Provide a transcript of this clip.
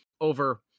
over